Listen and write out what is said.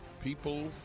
People